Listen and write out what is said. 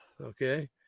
okay